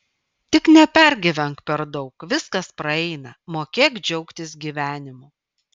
tik nepergyvenk per daug viskas praeina mokėk džiaugtis gyvenimu